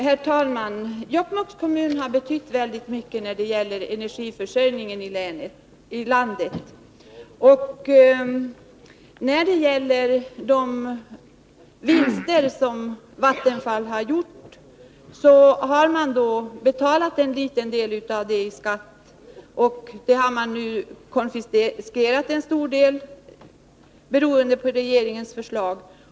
Herr talman! Jokkmokks kommun har betytt mycket för energiförsörjningen ilandet. På de vinster som Vattenfall har gjort har man betalat en liten del i skatt, som nu i. stor utsträckning konfiskeras till. följd av regeringens förslag.